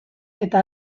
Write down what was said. eta